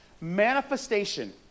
manifestation